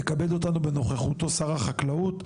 יכבד אותנו בנוכחותו שר החקלאות,